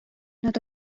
nad